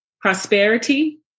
prosperity